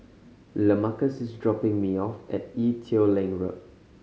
Lamarcus is dropping me off at Ee Teow Leng Road